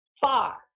far